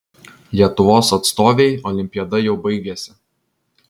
lietuvos atstovei olimpiada jau baigėsi